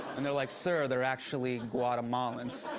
and they're like, sir, they're actually guatemalans.